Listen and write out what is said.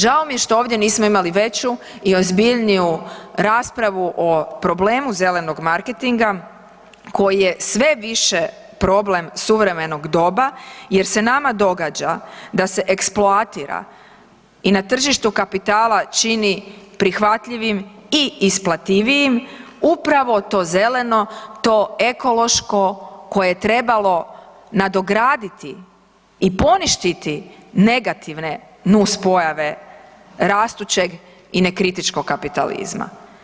Žao mi je što ovdje nismo imali veću i ozbiljniju raspravu o problemu zelenog marketinga koji je sve više problem suvremenog doba jer se nama događa da se eksploatira i na tržištu kapitala čini prihvatljivim i isplativijim upravo to zeleno, to ekološko, koje je trebalo nadograditi i poništiti negativne nuspojave rastućeg i nekritičkog kapitalizma.